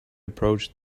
approached